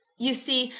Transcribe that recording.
you see,